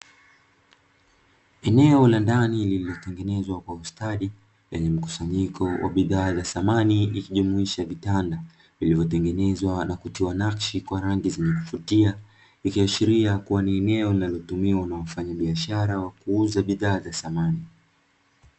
Eneo la ndani lililotengenezwa kwa ustadi lenye mkusanyiko wa bidhaa za samani, ikijumuisha vitanda vilivyotengenezwa na kutiwa nakshi kwa rangi ya kuvutia ikiashiriwa kuwa ni eleo linalotumiwa na wafanya biashara wa kuuza bidhaa za samani.